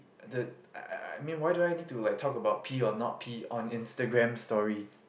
the I I I mean why do I need to like talk about pee or not pee on Instagram story